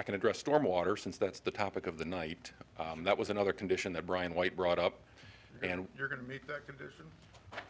i can address stormwater since that's the topic of the night and that was another condition that brian white brought up and you're going to meet that